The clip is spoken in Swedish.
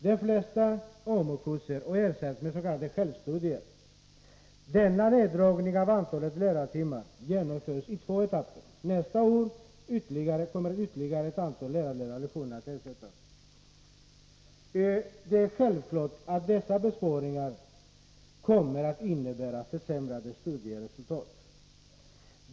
De flesta AMU-kurser ersätts med s.k. självstudier. Neddragningen av antalet lärartimmar genomförs i två etapper. Nästa år kommer ytterligare ett antal lärarledda lektioner att ersättas med självstudier. Självfallet kommer dessa besparingar att innebära försämrade studieresultat.